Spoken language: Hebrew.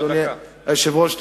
אדוני היושב-ראש.